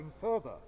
further